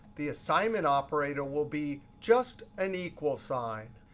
the assignment operator will be just an equal sign.